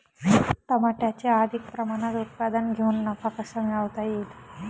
टमाट्याचे अधिक प्रमाणात उत्पादन घेऊन नफा कसा मिळवता येईल?